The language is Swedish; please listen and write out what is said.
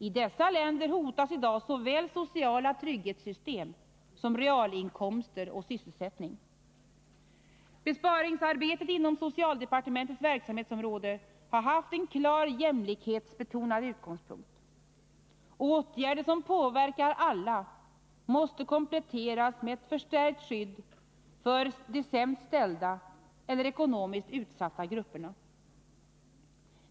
I dessa länder hotas i dag såväl sociala trygghetssystem som realinkomster och Besparingsarbetet inom socialdepartementets verksamhetsområde har haft en klart jämlikhetsbetonad utgångspunkt. Åtgärder som påverkar alla måste kompletteras med ett förstärkt skydd för de sämst ställda eller ekonomiskt utsatta grupperna.